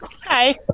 Hi